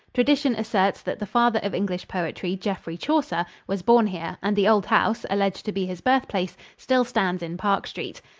tradition asserts that the father of english poetry, geoffrey chaucer, was born here and the old house, alleged to be his birthplace, still stands in park street.